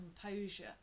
composure